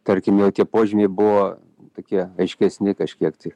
tarkim jau tie požymiai buvo tokie aiškesni kažkiek tai